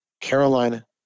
Carolina